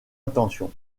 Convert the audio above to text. attention